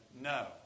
No